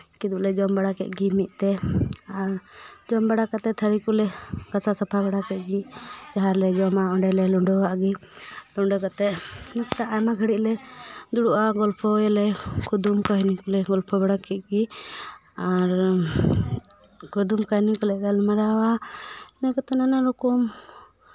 ᱠᱤᱫᱩᱵ ᱞᱮ ᱡᱚᱢ ᱵᱟᱲᱟ ᱠᱮᱜ ᱜᱮ ᱢᱤᱫᱛᱮ ᱟᱨ ᱡᱚᱢ ᱵᱟᱲᱟ ᱠᱟᱛᱮ ᱛᱷᱟᱹᱨᱤ ᱠᱚᱞᱮ ᱜᱷᱟᱥᱟᱣ ᱥᱟᱯᱷᱟ ᱵᱟᱲᱟ ᱠᱮᱫ ᱜᱮ ᱡᱟᱦᱟᱸ ᱞᱮ ᱡᱚᱢᱟ ᱚᱸᱰᱮ ᱞᱮ ᱞᱩᱰᱟᱹ ᱟᱜ ᱜᱮ ᱞᱩᱰᱟᱹ ᱠᱟᱛᱮ ᱟᱭᱢᱟ ᱜᱷᱟᱹᱲᱤᱞᱮ ᱫᱩᱲᱩᱵᱼᱟ ᱜᱚᱞᱯᱷᱚᱭᱟᱞᱮ ᱠᱩᱫᱩᱢ ᱠᱟᱹᱦᱱᱤ ᱠᱚᱞᱮ ᱜᱚᱞᱯᱷᱚ ᱵᱟᱲᱟ ᱠᱮᱫ ᱜᱮ ᱟᱨ ᱠᱩᱫᱩᱢ ᱠᱟᱹᱦᱱᱤ ᱠᱚᱞᱮ ᱜᱟᱞᱢᱟᱨᱟᱣᱟ ᱚᱱᱟ ᱠᱟᱛᱮ ᱱᱟᱱᱟ ᱨᱚᱠᱚᱢ